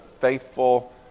faithful